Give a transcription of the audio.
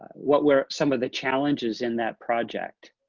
what were some of the challenges in that project?